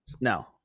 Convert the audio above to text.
No